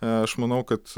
aš manau kad